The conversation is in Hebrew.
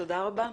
תודה רבה.